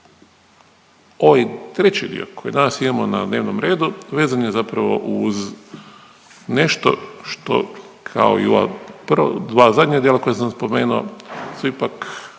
Ovaj treći dio koji danas imamo na dnevnom redu vezan je zapravo uz nešto što kao i ova prva dva zadnja djela koja sam spomenuo su ipak